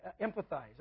empathize